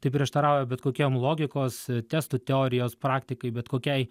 tai prieštarauja bet kokiem logikos testų teorijos praktikai bet kokiai